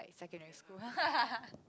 like secondary school